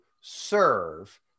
serve